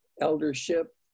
eldership